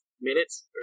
minutes